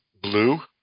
blue